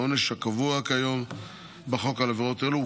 העונש הקבוע כיום בחוק על עבירות אלו הוא